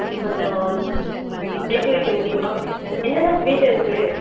கொஞ்சம் எடுத்து வைக்க முடியுமா என்னென்ன ஸ்வீட்டு இருக்குது